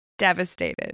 devastated